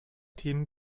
team